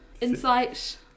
insight